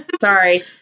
sorry